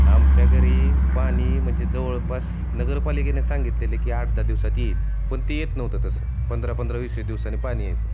आमच्या घरी पाणी म्हणजे जवळपास नगरपालिकेने सांगितलेले की आठ दहा दिवसात येईल पण ते येत नव्हतं तसं पंधरा पंधरा वीस एक दिवसांनी पाणी यायचं